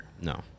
No